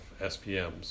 SPMs